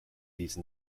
these